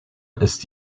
ist